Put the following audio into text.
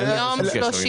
אין לזה שום קשר.